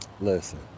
listen